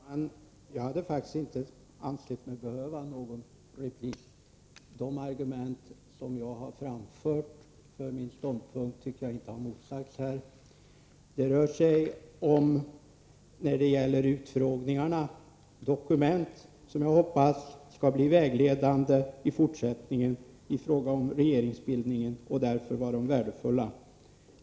Herr talman! Jag hade egentligen inte ansett mig behöva någon replik. De argument som jag har framfört till stöd för min ståndpunkt tycker jag inte har motsagts. När det gäller utfrågningarna hoppas jag att dokumentationen från dessa skall bli vägledande vid regeringsbildningar i framtiden. Därför var de värdefulla.